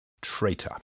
Traitor